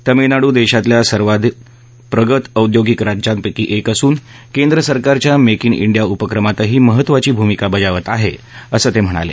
तमिलनाडु देशातल्या सर्वाधिक प्रगत औद्योगिक राज्यांपैकी एक असून केंद्र सरकारच्या मेक इन इंडिया उपक्रमातही महत्वाची भूमिका बजावत आहे असं ते म्हणाले